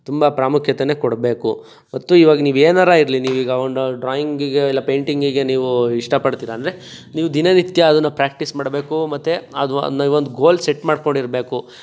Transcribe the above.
ತುಂಬ ಪ್ರಾಮುಖ್ಯತೆಯೇ ಕೊಡಬೇಕು ಮತ್ತು ಇವಾಗ ನೀವು ಏನಾರ ಇರಲಿ ನೀವೀಗ ಒಂದು ಡ್ರಾಯಿಂಗಿಗೆ ಇಲ್ಲ ಪೈಂಟಿಂಗಿಗೆ ನೀವು ಇಷ್ಟಪಡ್ತೀರಿ ಅಂದರೆ ನೀವು ದಿನನಿತ್ಯ ಅದನ್ನು ಪ್ರ್ಯಾಕ್ಟಿಸ್ ಮಾಡಬೇಕು ಮತ್ತು ಒಂದು ಗೋಲ್ ಸೆಟ್ ಮಾಡ್ಕೊಂಡಿರಬೇಕು